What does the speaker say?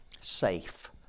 safe